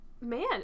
man